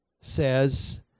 says